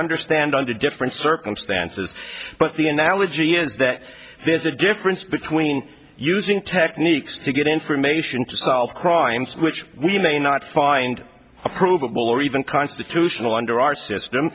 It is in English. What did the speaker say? understand under different circumstances but the analogy is that there's a difference between using techniques to get information to solve crimes which we may not find a provable or even constitutional under our system